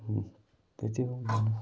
अनि त्यति नै